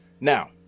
Now